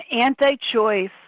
anti-choice